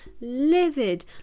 livid